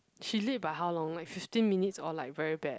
she late by how long like fifteen minutes or like very bad